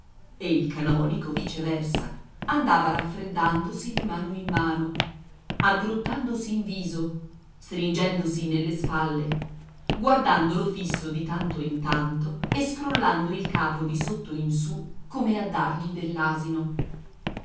e il canonico viceversa andava raffreddandosi di mano in mano aggrottandosi in viso stringendosi nelle spalle guardandolo fisso di tanto in tanto e scrollando il capo di sotto in su come a dargli